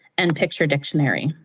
and picture dictionary.